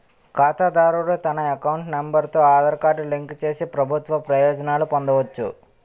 ఖాతాదారుడు తన account number తో ఆధార్ కార్డు లింక్ చేసి ప్రభుత్వ ప్రయోజనాలు పొందవచ్చు